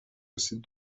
رسید